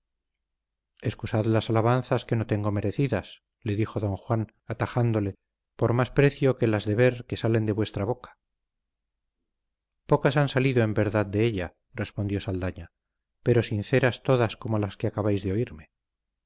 excusad las alabanzas que no tengo merecidas le dijo don juan atajándole por más precio que las de ver que salen de vuestra boca pocas han salido en verdad de ella respondió saldaña pero sinceras todas como las que acabáis de oírme